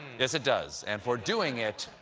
yes, it does. and for doing it,